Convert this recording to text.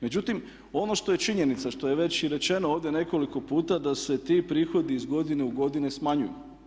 Međutim, ono što je činjenica, što je već i rečeno ovdje nekoliko puta da se ti prihodi iz godine u godinu smanjuju.